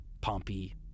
Pompey